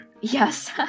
yes